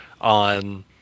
on